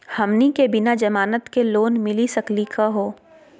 हमनी के बिना जमानत के लोन मिली सकली क हो?